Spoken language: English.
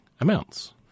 amounts